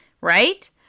Right